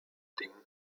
den